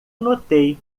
notei